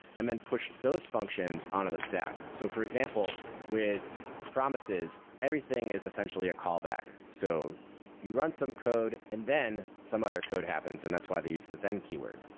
and then push those functions on to the stack. so for example, with promises, everything is essentially a callback. so you run some code and then some other code happens, and that's why they use the then keyword.